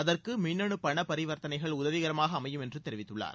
அதற்கு மின்னனு பணபரிவர்த்தனைகள் உதவி கரமாக அமையும் என்று தெரிவித்துள்ளார்